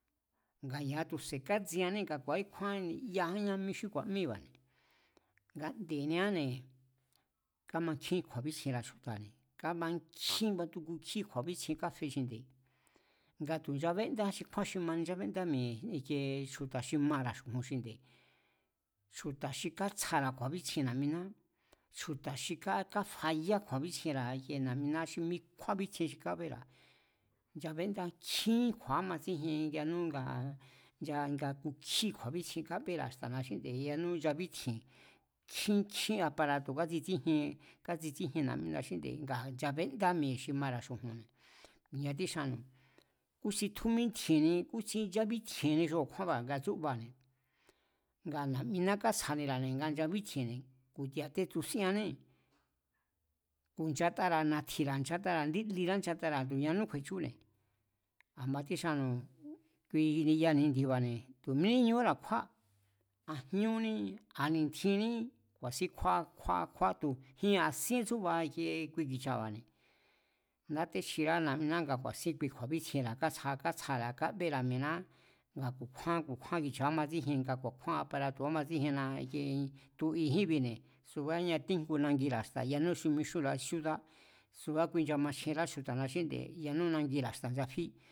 Nga ya̱a tu̱se̱ kátsianée̱ nga ku̱a̱íkjúán yaíñá mí mí xí ku̱a̱míba̱ne̱, nga de̱aáne̱ kamankjín kju̱a̱bítsjienra̱ chju̱ta̱ne̱, kámankjín, matu jku kjí kju̱a̱bintsjien kafe xi nde̱ nga tu̱ nchabéndá xi kjúán xi mani nchábéndá mi̱e̱ ikiee chju̱ta̱ xi mara̱ xu̱ju̱n xi nde̱, chju̱ta̱ xi kátsjara̱ kju̱a̱bítsjien na̱'miná, chju̱ta̱ xi káfayá kju̱a̱bítsjienra̱ na̱'mina xí mi kjúábítsjien xi kábéra̱, nchabéndá. Nkjín kju̱a̱ ámatsíjien yanú nga ncha ku kjí kju̱a̱bítsjien kábéra̱ xta̱na xínde̱ yanú nchabítji̱e̱n, nkjín, nkjín aparato̱ kátsitsíjien, kátsitsíjien na̱'mina xínde̱ ngaa̱ nchabénda̱ mi̱e̱ xi mara̱ xu̱ju̱nne̱ ku̱nia tíxannu̱. kúsin tjúmítji̱e̱nni, kúsín nchábítji̱e̱nni xi a̱kjúánba̱, ngaa̱ na̱'miná kátsjanira̱ nga nchabítji̱e̱nne̱ ku̱ ya̱ tetsusieanée̱, ku̱ nchatara̱ na̱tji̱ra̱, nchatara̱ indí lira, nchatara̱ tu̱ ñanú kju̱e̱chúne̱. A̱ ma kixannu̱, kui ni'ya ni̱ndi̱ba̱ne̱ tu̱ míni óra̱ kjúá a jñúní, a ni̱ntjinní, ku̱a̱sín kjúá, kjúá, tu̱ jin a̱síen tsúba i̱kie kui ki̱cha̱ba̱ne̱. Ndátéchjirá na̱'miná nga ku̱a̱sín kui kju̱a̱bítsjienra̱ kátsjara̱, kabéra̱ mi̱e̱ná nga ku̱a̱kjúán ki̱cha̱ kamatsíjien, nga ku̱a̱kjúán aparato̱ kámatsíjienna tu̱ i̱jínbi̱ne̱ subá ñatíjngu nangira̱ xta̱ yanú xi ixúnra̱a cíúdád, subá kui nchamachjenrá chju̱ta̱na xínde̱ yanú nangira̱ xta̱ nchafí